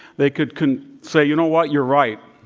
they could could say, you know what? you're right.